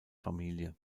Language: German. familie